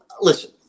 Listen